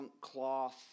cloth